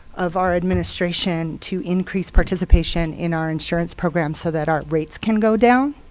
of our administration to increase participation in our insurance program, so that our rates can go down.